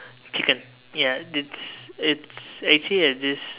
chicken ya it's it's actually a dish